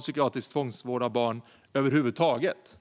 psykiatrisk tvångsvård av barn över huvud taget.